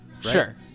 Sure